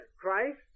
Christ